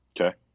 Okay